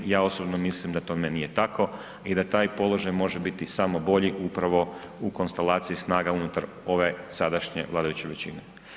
Ja osobno mislim da tome nije tako i da taj položaj može biti samo bolji upravo u konstelaciji snaga unutar ove sadašnje vladajuće većine.